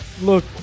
look